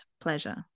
pleasure